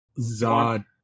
zod